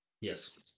Yes